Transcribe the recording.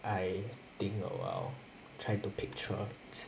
I think a while try to picture